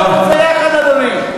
למה אי-אפשר לעשות את זה יחד, אדוני?